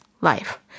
life